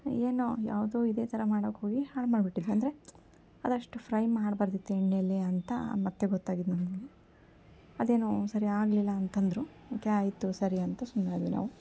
ಏನೋ ಯಾವುದೋ ಇದೇ ಥರ ಮಾಡಕ್ಕೆ ಹೋಗಿ ಹಾಳು ಮಾಡಿಬಿಟ್ಟಿದ್ವಿ ಅಂದರೆ ಅದಷ್ಟು ಫ್ರೈ ಮಾಡಬಾರ್ದಿತ್ತು ಎಣ್ಣೆಲಿ ಅಂತ ಮತ್ತೆ ಗೊತ್ತಾಗಿದ್ದು ನನಗೆ ಅದೇನೋ ಸರಿ ಆಗಲಿಲ್ಲ ಅಂತಂದರು ಓಕೆ ಆಯಿತು ಸರಿ ಅಂತ ಸುಮ್ಮನಾದ್ವಿ ನಾವು